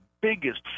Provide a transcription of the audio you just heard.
biggest